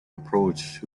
approached